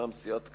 מטעם סיעת קדימה: